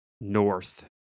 north